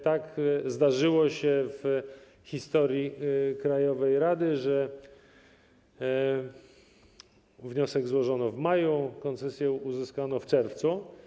Tak zdarzyło się w historii krajowej rady, że wniosek złożono w maju, a koncesję uzyskano w czerwcu.